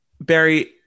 Barry